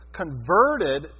converted